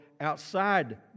outside